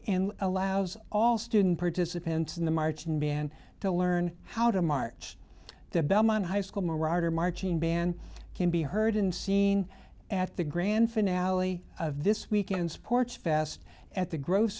and allows all student participants in the marching band to learn how to march the belmont high school marauder marching band can be heard and seen at the grand finale of this weekend's porch best at the gro